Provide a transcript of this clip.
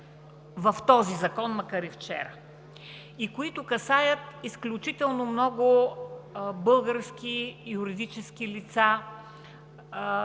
в този закон, макар и вчера, и които касаят изключително много български юридически лица,